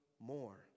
more